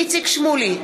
נגד איציק שמולי,